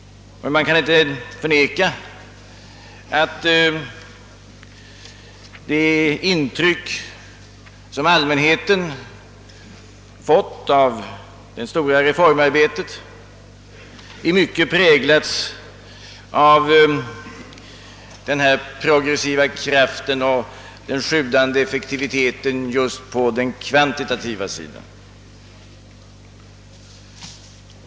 Man kan inte förneka att det intryck som allmänheten fått av det stora reformarbetet varit kvantitetsbetonat och i mycket präglats av den progressiva kraften och den sjudande effektiviteten just på den kvantitativa sidan.